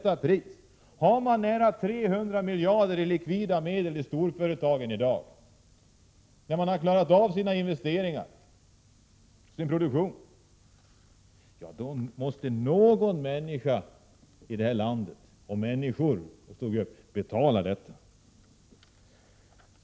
Har storföretagen i dag nära 300 miljarder i likvida medel när investeringar och produktion är avklarade, då måste några människor i det här landet betala det.